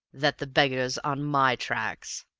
that the beggar's on my tracks!